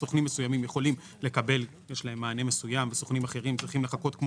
שלסוכנים מסוימים יש מענה מסוים ולסוכנים אחרים אין והם צריכים לחכות.